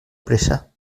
pressa